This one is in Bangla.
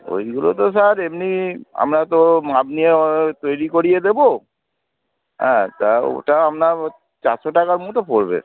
ওইগুলো তো স্যার এমনি আমরা তো আপনি তৈরি করিয়ে দেবো হ্যাঁ তা ওটা আপনার ওই চারশো টাকার মতো পড়বে